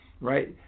Right